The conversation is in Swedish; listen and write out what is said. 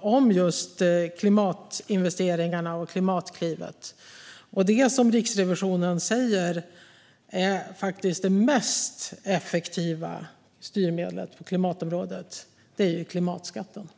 om just klimatinvesteringarna och Klimatklivet. Det som Riksrevisionen säger är det effektivaste styrmedlet på klimatområdet är ju klimatskatten.